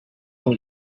and